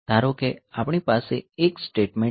ધારો કે આપણી પાસે એક સ્ટેટમેન્ટ છે